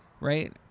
Right